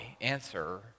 answer